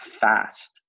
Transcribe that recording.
fast